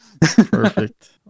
Perfect